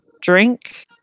drink